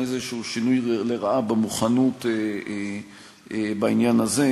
איזשהו שינוי לרעה במוכנות בעניין הזה,